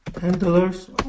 Handlers